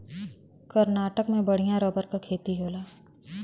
कर्नाटक में बढ़िया रबर क खेती होला